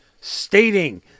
stating